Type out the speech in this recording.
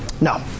no